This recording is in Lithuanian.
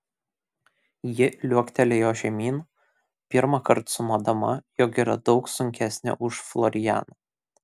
ji liuoktelėjo žemyn pirmąkart sumodama jog yra daug sunkesnė už florianą